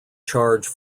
charge